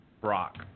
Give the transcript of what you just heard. Brock